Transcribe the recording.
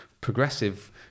progressive